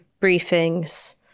briefings